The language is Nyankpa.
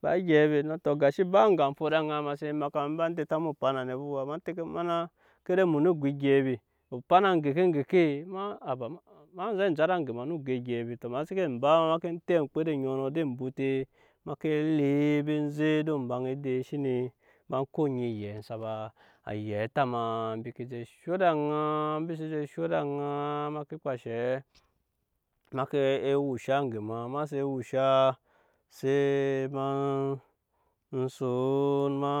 ba egyɛi be na tɔ gashi ba ega fo ma sen makpa ba denta mu opana nɛ ba fa ma tɛke ma na kada mu xno go egyɛi be opana eŋgeke eŋgeke ma haba a zɛ jara aŋge ma o xno go egyɛi be tɔ ma seke ba ma ke tet oŋmkpede oŋɔnɔ ede embute ma ke le ba zek ede ombaŋe shine ma ko onyi eyɛn sa ba a yɛnta ma embi ke je sho ed'aŋa mbi se je sho ed'aŋa ma ke kpa enshe ma ke ewusha aŋge ma ema seen wusha se ma son ma.